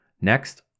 Next